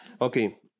Okay